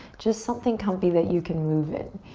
just something comfy that you can move in.